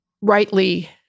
rightly